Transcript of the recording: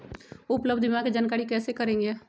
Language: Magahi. उपलब्ध बीमा के जानकारी कैसे करेगे?